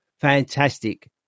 fantastic